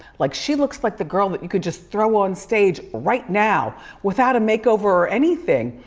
like she looks like the girl that you could just throw on stage right now without a makeover or anything.